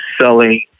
selling